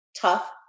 tough